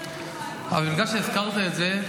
אבל בגלל שהזכרת את זה,